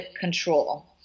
control